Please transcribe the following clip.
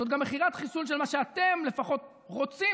זאת גם מכירת חיסול של מה שאתם לפחות רוצים